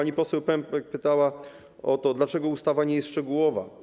Pani poseł Pępek pytała o to, dlaczego ustawa nie jest szczegółowa.